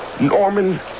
Norman